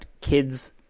kids